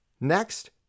Next